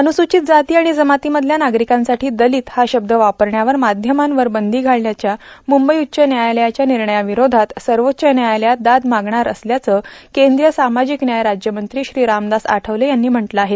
अन्रसूचित जाती आणि जमातीमधल्या नागरिकांसाठी दलित हा शब्द वापरण्यावर माध्यमांवर बंदी घालण्याच्या मुंबई उच्च व्यायालयाच्या निर्णयाविरोधात सर्वोच्व न्यायालयात दाद मागणार असल्याचं केंद्रीय सामाजिक व्याय राज्यमंत्री श्री रामदास आठवले यांनी म्हटलं आहे